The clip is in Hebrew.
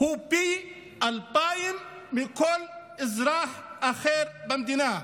הוא פי 2000 מכל אזרח אחר במדינה.